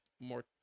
more